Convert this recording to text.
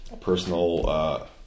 personal